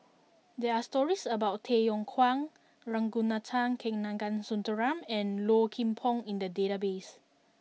there are stories about Tay Yong Kwang Ragunathar Kanagasuntheram and Low Kim Pong in the database